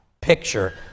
picture